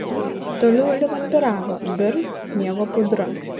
toliau lyg ant pyrago birs sniego pudra